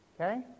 Okay